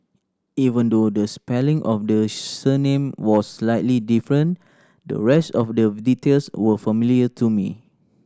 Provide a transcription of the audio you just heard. even though the spelling of the surname was slightly different the rest of the details were familiar to me